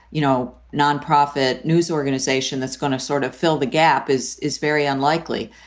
you know, nonprofit news organization that's going to sort of fill the gap is is very unlikely.